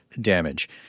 damage